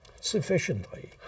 Sufficiently